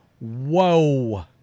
Whoa